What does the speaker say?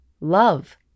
love